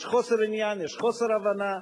יש חוסר עניין, יש חוסר הבנה.